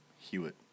Hewitt